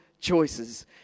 choices